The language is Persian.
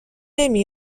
نمی